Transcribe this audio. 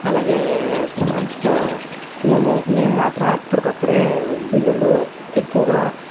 అలాగే మేము మేము మాత్రం అప్పుడుకప్పుడే బిల్లులు ఎక్కువగా